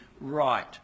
right